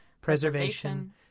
preservation